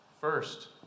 First